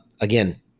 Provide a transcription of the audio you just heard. Again